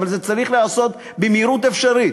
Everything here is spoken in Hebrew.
אבל זה צריך להיעשות במהירות אפשרית,